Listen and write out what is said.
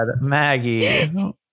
Maggie